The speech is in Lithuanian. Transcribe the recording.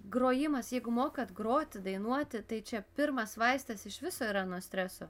grojimas jeigu mokat groti dainuoti tai čia pirmas vaistas iš viso yra nuo streso